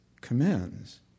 commands